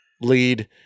lead